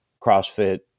CrossFit